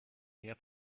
mehr